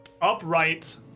upright